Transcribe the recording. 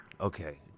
Okay